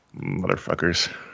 Motherfuckers